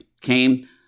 came